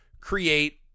create